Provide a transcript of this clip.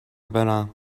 برم